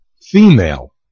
female